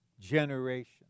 generation